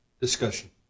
Discussion